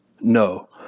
No